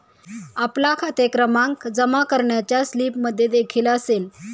आपला खाते क्रमांक जमा करण्याच्या स्लिपमध्येदेखील असेल